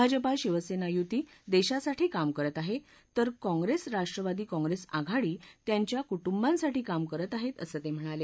भाजपा शिवसेना युती देशासाठी काम करत आहे तर काँग्रेस राष्ट्रवादी काँग्रेस आघाडी त्यांच्या कुटुंबांसाठी काम करत आहेत असं ते म्हणाले